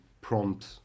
prompt